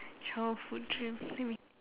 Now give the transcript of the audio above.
childhood dream let me